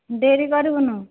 ଡେରି କରିବୁନି